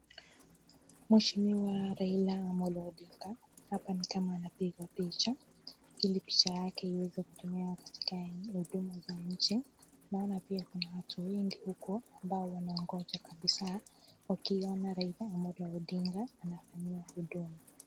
Mheshimiwa Raila Amolo Odinga ni kama anapigwa picha ili picha yake iweze kutumika katika huduma za nchi. Naona pia kuna watu wengi huko ambao wanangoja kabisa wakiona Raila Amolo Odinga anafanyiwa huduma.